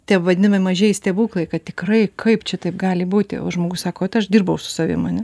tie vadinami mažieji stebuklai kad tikrai kaip čia taip gali būti o žmogu sako vat aš dirbau su savim ane